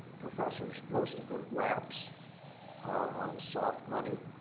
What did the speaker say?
professors, most of the raps are on soft money